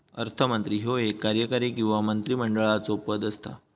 अर्थमंत्री ह्यो एक कार्यकारी किंवा मंत्रिमंडळाचो पद असता